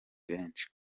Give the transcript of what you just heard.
benshi